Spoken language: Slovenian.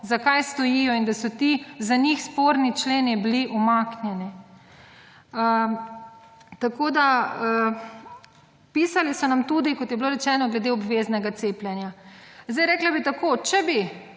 zakaj stojijo in da so ti za njih sporni členi bili umaknjeni. Pisali so nam tudi, kot je bilo rečeno, glede obveznega cepljenja. Rekla bi tako, če bi